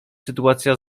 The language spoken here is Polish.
sytuacja